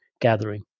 gathering